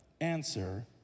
answer